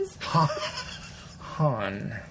han